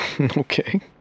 Okay